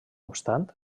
obstant